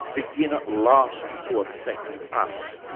begin at last to affect us,